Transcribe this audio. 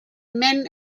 men